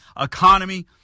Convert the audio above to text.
economy